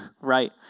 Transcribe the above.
right